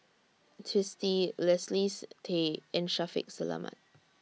Twisstii Leslie's Tay and Shaffiq Selamat